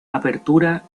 apertura